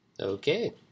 Okay